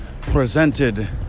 presented